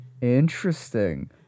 Interesting